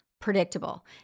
predictable